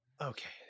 Okay